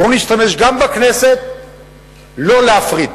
בואו נשתמש גם בכנסת לא להפריד,